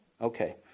Okay